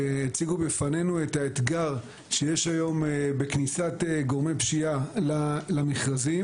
שהציגו בפנינו את האתגר שיש היום בכניסת גורמי פשיעה למכרזים,